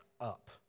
up